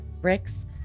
bricks